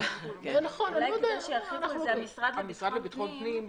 אולי כדאי שירחיבו על זה המשרד לביטחון הפנים.